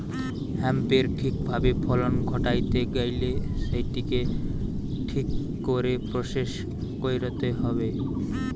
হেম্পের ঠিক ভাবে ফলন ঘটাইতে গেইলে সেটিকে ঠিক করে প্রসেস কইরতে হবে